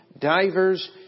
divers